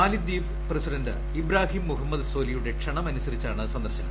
മാലിദ്ധീപ് president Ibrahim Mohamed സോലിയുടെ ക്ഷണമനുസരിച്ചാണ് സന്ദർശനം